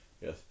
yes